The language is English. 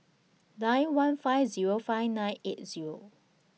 nine one five Zero five nine eight Zero